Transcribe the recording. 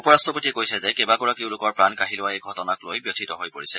উপ ৰাট্টপতিয়ে কৈছে যে কেইবাগৰাকীও লোকৰ প্ৰাণ কাঢ়ি লোৱা এই ঘটনাক লৈ ব্যথিত হৈ পৰিছে